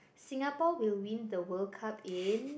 Singapore will win the World Cup in